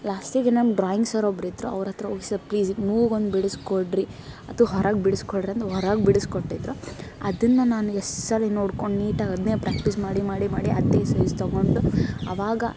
ಲಾಸ್ಟಿಗೆ ನಮ್ಮ drawing sir ಒಬ್ರಿದ್ರ ಅವರ ಹತ್ರ ಹೋಗಿ ಸರ್ ಪ್ಲೀಸ್ ಮೂಗು ಒಂದು ಬಿಡಿಸ್ಕೊಡ್ರಿ ಅಥವಾ ಹೊರಗೆ ಬಿಡಿಸ್ಕೊಡ್ರಿ ಅಂದು ಹೊರಗೆ ಬಿಡಿಸ್ಕೊಟ್ಟಿದ್ದರು ಅದನ್ನ ನಾನು ಎಷ್ಟು ಸರ್ತಿ ನೋಡ್ಕೊಂಡು ನೀಟಾಗಿ ಅದನ್ನೆ ಪ್ರಾಕ್ಟಿಸ್ ಮಾಡಿ ಮಾಡಿ ಮಾಡಿ ಅದೇ ಸೈಝ್ ತೊಗೊಂಡು ಅವಾಗ